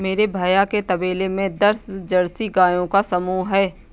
मेरे भैया के तबेले में दस जर्सी गायों का समूह हैं